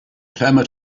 clamored